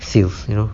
sales you know